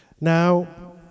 Now